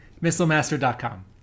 MissileMaster.com